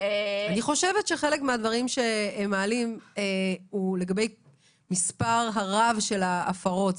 אני חושבת שחלק מהדברים שהם מעלים הוא לגבי המספר הרב של ההפרות.